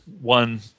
one